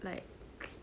like